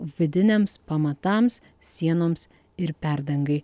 vidiniams pamatams sienoms ir perdangai